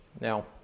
Now